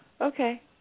Okay